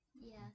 Yes